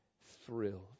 thrilled